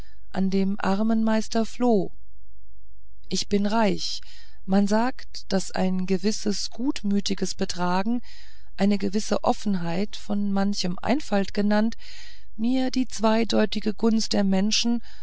an dem armen meister floh ich bin reich man sagt daß ein gewisses gutmütiges betragen eine gewisse offenheit von manchem einfalt genannt mir die zweideutige gunst der menschen